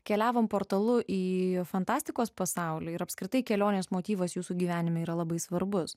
keliavome portalu į fantastikos pasaulį ir apskritai kelionės motyvas jūsų gyvenime yra labai svarbus